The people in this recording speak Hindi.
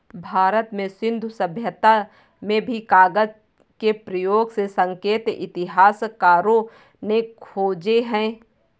भारत में सिन्धु सभ्यता में भी कागज के प्रयोग के संकेत इतिहासकारों ने खोजे हैं